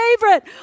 favorite